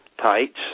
Tights